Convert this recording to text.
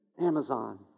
Amazon